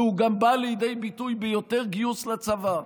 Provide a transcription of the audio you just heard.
והוא בא לידי ביטוי גם ביותר גיוס לצבא.